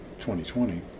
2020